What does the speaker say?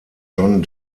john